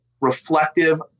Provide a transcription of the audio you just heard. reflective